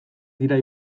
dira